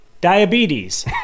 Diabetes